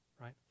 right